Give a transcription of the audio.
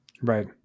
Right